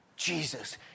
Jesus